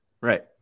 Right